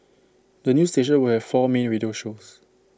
the new station will have four main radio shows